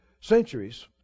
centuries